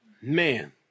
Man